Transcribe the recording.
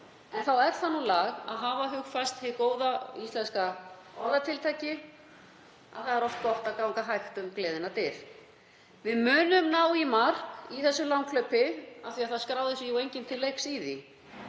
þá er lag að hafa hugfast hið góða íslenska orðatiltæki, að það er oft gott að ganga hægt um gleðinnar dyr. Við munum ná í mark í þessu langhlaupi, það skráði sig samt enginn til leiks í því.